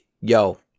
yo